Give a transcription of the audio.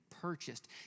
purchased